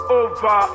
over